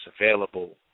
available